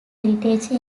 heritage